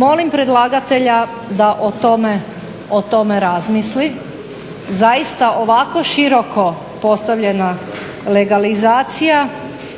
Molim predlagatelja da o tome razmisli. Zaista ovako široko postavljena legalizacija,